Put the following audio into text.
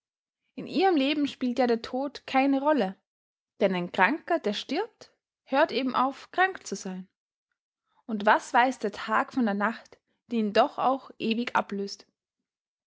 in ihrem leben spielt ja der tod keine rolle denn ein kranker der stirbt hört eben auf krank zu sein und was weiß der tag von der nacht die ihn doch auch ewig ablöst